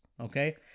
Okay